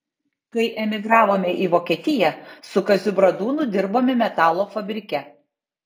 kai emigravome į vokietiją su kaziu bradūnu dirbome metalo fabrike